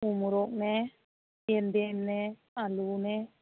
ꯎ ꯃꯣꯔꯣꯛꯅꯦ ꯌꯦꯟꯗꯦꯝꯅꯦ ꯑꯥꯜꯂꯨꯅꯦ